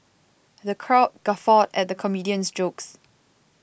the crowd guffawed at the comedian's jokes